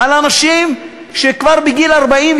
אנשים שכבר בגיל 40,